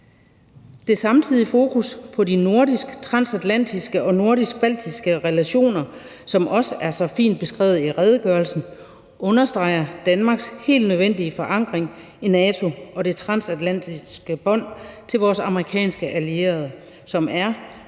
Det samtidige fokus på de nordisk-transatlantiske og nordisk-baltiske relationer, som også er så fint beskrevet i redegørelsen, understreger Danmarks helt nødvendige forankring i NATO og det transatlantiske bånd til vores amerikanske allierede, som er